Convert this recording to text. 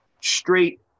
straight